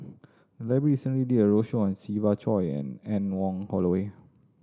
library recently did a roadshow on Siva Choy and Anne Wong Holloway